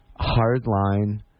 hardline